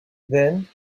then